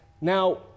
Now